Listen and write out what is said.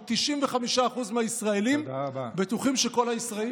95% מהישראלים בטוחים שכל הישראלים,